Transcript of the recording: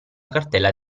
cartella